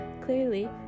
Clearly